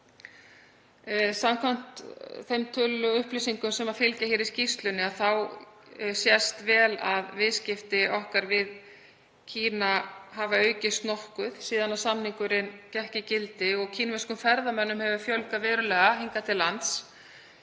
Samkvæmt þeim tölulegu upplýsingum sem fylgja í skýrslunni sést vel að viðskipti okkar við Kína hafa aukist nokkuð síðan samningurinn gekk í gildi og kínverskum ferðamönnum hefur fjölgað verulega hingað til lands.